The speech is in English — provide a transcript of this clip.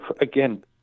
Again